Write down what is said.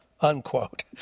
unquote